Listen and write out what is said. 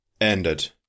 ended